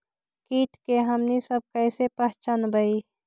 किट के हमनी सब कईसे पहचनबई?